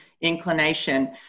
inclination